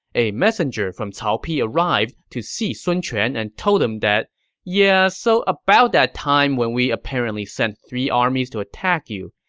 a messenger from cao pi arrived to see sun quan and told him, yeah, so about that time when we apparently sent three armies to attack you.